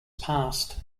passed